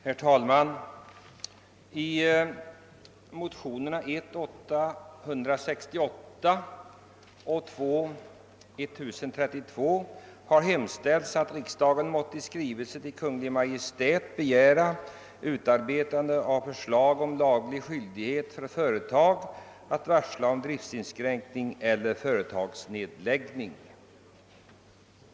Herr talman! I motionerna 1: 868 och II: 1032 har hemställts att riksdagen måtte i skrivelse till Kungl. Maj:t begära utarbetande av förslag om laglig skyldighet för företag att varsla om driftsinskränkning eller företagsnedläggning.